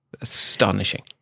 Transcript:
Astonishing